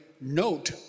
note